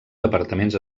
departaments